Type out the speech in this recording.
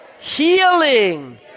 healing